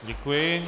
Děkuji.